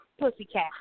pussycat